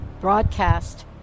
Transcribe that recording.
broadcast